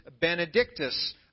benedictus